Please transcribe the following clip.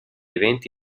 eventi